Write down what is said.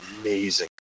amazing